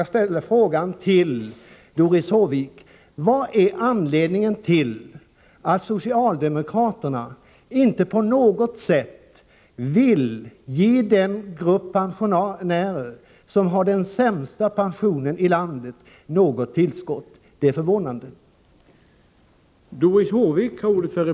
Jag ställer frågan till Doris Håvik: Vad är anledningen till att socialdemokraterna inte på något sätt vill ge den grupp pensionärer som har den sämsta pensionen i landet något tillskott? Socialdemokraternas inställning på denna punkt är förvånande.